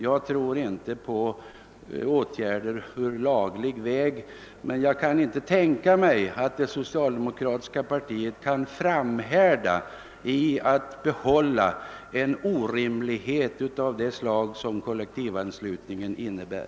Jag tror inte på lagstiftningsåtgärder, men jag kan inte tänka mig att det socialdemokratiska partiet kan framhärda i att behålla en orimlighet av det slag som kollektivanslutningen innebär.